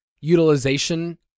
utilization